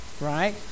Right